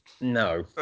No